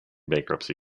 bankruptcy